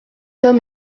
homme